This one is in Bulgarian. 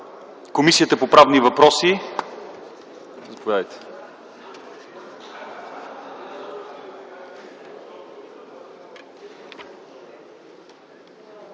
Комисията по правни въпроси: